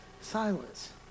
silence